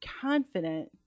confident